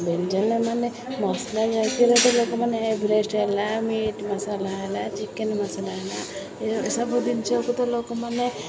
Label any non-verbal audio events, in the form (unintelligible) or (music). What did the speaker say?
ବ୍ୟଞ୍ଜନ ମାନେ ମସଲା (unintelligible) ତ ଲୋକମାନେ ଏଭରେଷ୍ଟ ହେଲା ମିଟ୍ ମସଲା ହେଲା ଚିକେନ ମସଲା ହେଲା ଏସବୁ ଜିନିଷକୁ ତ ଲୋକମାନେ